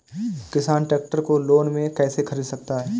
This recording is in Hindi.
किसान ट्रैक्टर को लोन में कैसे ख़रीद सकता है?